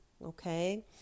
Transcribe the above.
Okay